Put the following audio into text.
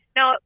Now